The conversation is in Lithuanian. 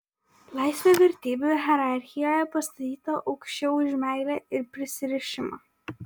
laisvė vertybių hierarchijoje pastatyta aukščiau už meilę ir prisirišimą